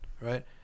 right